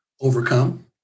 overcome